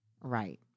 Right